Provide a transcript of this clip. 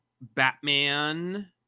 Batman